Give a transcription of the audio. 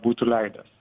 būtų leidęs